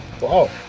Wow